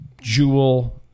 jewel-